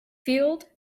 field